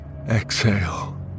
Exhale